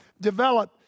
develop